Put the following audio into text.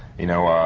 you know,